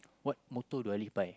what motto do I live by